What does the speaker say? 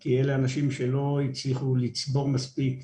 כי אלה אנשים שלא הצליחו לצבור מספיק,